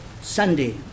Sunday